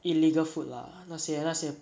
illegal food lah 那些那些